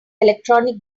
electronic